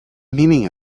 meaning